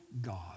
God